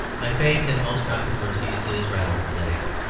my fate in most controversies is rather pathetic.